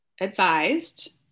advised